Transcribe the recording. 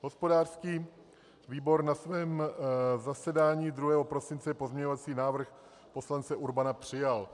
Hospodářský výbor na svém zasedání 2. prosince pozměňovací návrh poslance Urbana přijal.